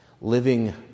living